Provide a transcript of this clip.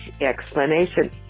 explanation